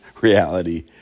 reality